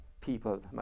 people